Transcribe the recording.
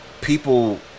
People